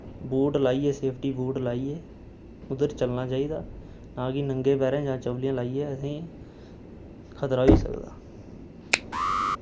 boot लाइयै safety boot लाइयै उद्धर चलना चाहिदा ना कि नंगे पैरें जां चपलियां लाइयै असें ई खतरा होई सकदा